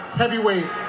heavyweight